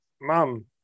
mom